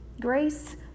Grace